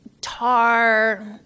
tar